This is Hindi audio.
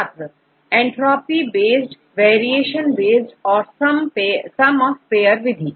छात्र एंट्रॉफी बेस्ड वेरिएशन बेस्ड और सम ऑफ पेअर विधि